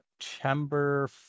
September